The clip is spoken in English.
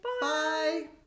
Bye